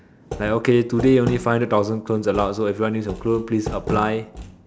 like okay today only five thousand clones aloud so if you want to use your clone please apply